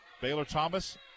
Baylor-Thomas